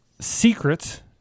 secret